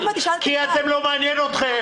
כי לא מעניין אתכם.